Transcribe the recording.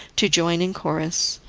to join in chorus.